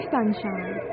Sunshine